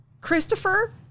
Christopher